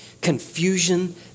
confusion